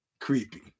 Creepy